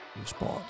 response